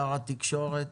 שר התקשורת,